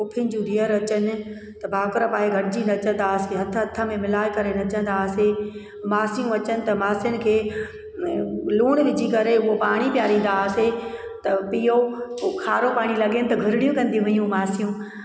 पुफियुनि जूं धीअरूं अचनि त भाकुर पाए गॾिजी नचंदा हुआसीं हथ हथ में मिलाए करे नचंदा हुआसीं मासियूं अचनि त मासियुनि खे लूणु विझी करे उहो पाणी पीआरींदा हुआसीं त पीओ पोइ खारो पाणी लॻेनि घुरड़ियूं कंदी हुयूं मासियूं